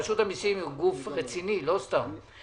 רשות המסים היא גוף רציני לא סתם.